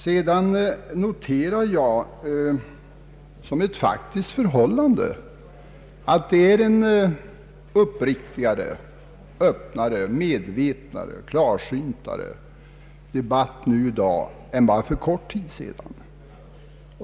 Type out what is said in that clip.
Jag noterar som ett faktiskt förhållande att det förs en uppriktigare, öppnare, medvetnare, klarsyntare debatt i dag än bara för en kort tid sedan.